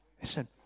listen